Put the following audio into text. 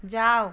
जाउ